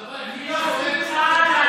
הדבר היחידי שעולה זה האינפלציה,